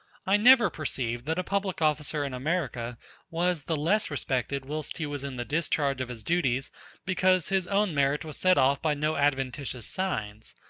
i never perceived that a public officer in america was the less respected whilst he was in the discharge of his duties because his own merit was set off by no adventitious signs.